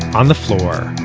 on the floor,